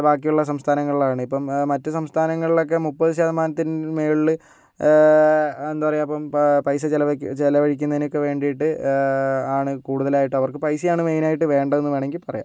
ബാക്കിയുള്ള സംസ്ഥാനങ്ങളിലാണ് ഇപ്പം മറ്റ് സംസ്ഥാനങ്ങളിലൊക്കെ മുപ്പത് ശതമാനത്തിന് മേളില് എന്താ പറയുക ഇപ്പം പൈസ ചെലവാക്കി ചെലവഴിക്കുന്നതിനൊക്കെ വേണ്ടിയിട്ട് ആണ് കൂടുതലായിട്ടും അവർക്ക് പൈസയാണ് അവർക്ക് മെയിനായിട്ട് വേണ്ടതെന്ന് വേണമെങ്കിൽ പറയാം